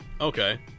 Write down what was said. okay